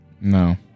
No